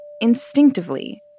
instinctively